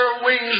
wings